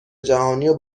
جهانیو